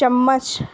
چمچ